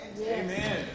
Amen